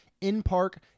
in-park